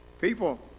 people